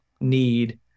need